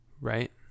Right